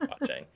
watching